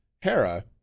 Hera